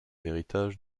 héritage